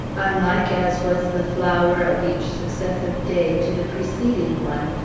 unlike as was the flower of each successive day to the preceding one,